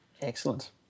Excellent